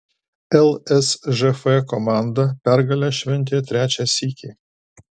lsžf komanda pergalę šventė trečią sykį